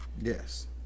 yes